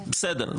בסדר,